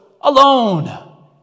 alone